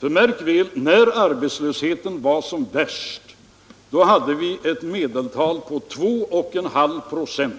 Men märk väl att när arbetslösheten var som värst låg den i medeltal på 2,5 96,